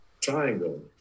Triangle